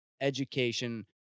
education